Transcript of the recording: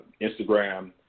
Instagram